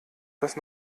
das